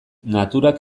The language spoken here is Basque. naturak